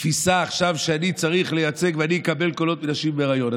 מתפיסה שאני צריך לייצג ואני אקבל קולות מנשים בהיריון.